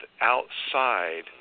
outside